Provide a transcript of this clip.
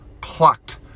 plucked